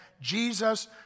Jesus